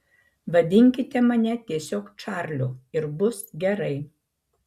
vadinkite mane tiesiog čarliu ir bus gerai